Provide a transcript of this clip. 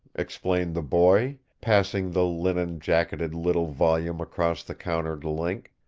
explained the boy, passing the linen-jacketed little volume across the counter to link.